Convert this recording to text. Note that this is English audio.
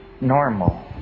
normal